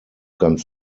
ganz